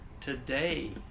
Today